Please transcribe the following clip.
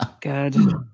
good